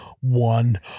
one